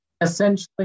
essentially